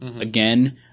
again